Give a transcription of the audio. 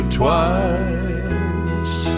twice